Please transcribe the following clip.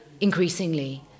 Increasingly